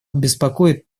беспокоит